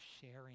sharing